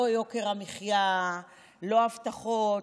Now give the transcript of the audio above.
לא יוקר המחיה, לא הבטחות.